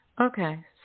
Okay